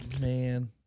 man